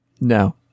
No